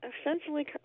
essentially